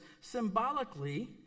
symbolically